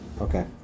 Okay